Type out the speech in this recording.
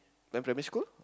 then primary school